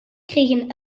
kregen